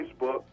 Facebook